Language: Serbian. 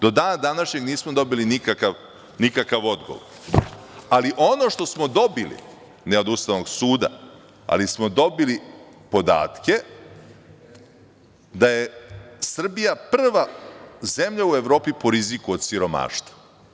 Do dana današnjeg nismo dobili nikakav odgovor, ali ono što smo dobili ne od Ustavnog suda, ali smo dobili podatke da je Srbija prva zemlja u Evropi po riziku od siromaštva.